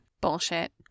Bullshit